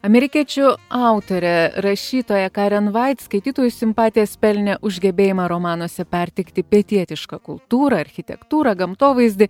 amerikiečių autorė rašytoja karen vait skaitytojų simpatijas pelnė už gebėjimą romanuose perteikti pietietišką kultūrą architektūrą gamtovaizdį